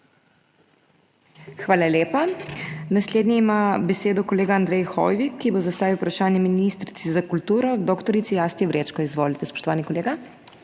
Hvala lepa. Naslednji ima besedo kolega Andrej Hoivik, ki bo zastavil vprašanje ministrici za kulturo dr. Asti Vrečko. Izvolite, spoštovani kolega.